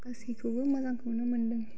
गासैखौबो मोजांखौनो मोनदों